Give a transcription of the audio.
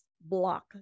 block